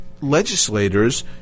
legislators